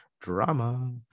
Drama